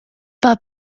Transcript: bye